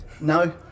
No